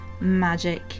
magic